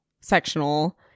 sectional